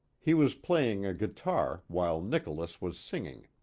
he was playing a guitar while nicolas was singing.